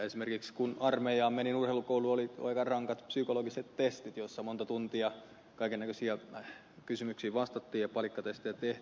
esimerkiksi kun armeijaan menin urheilukouluun oli aika rankat psykologiset testit joissa monta tuntia kaikennäköisiin kysymyksiin vastattiin ja palikkatestejä tehtiin